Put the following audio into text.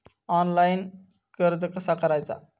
Online कर्ज कसा करायचा?